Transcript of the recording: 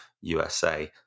USA